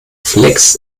flex